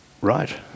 right